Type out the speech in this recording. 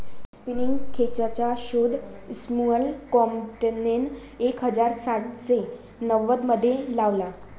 spinning खेचरचा शोध Samuel क्रॉम्प्टनने एक हजार सातशे नव्वदमध्ये लावला